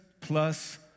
plus